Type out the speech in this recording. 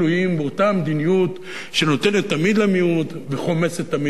באותה מדיניות שנותנת תמיד למיעוט וחומסת תמיד את הרוב.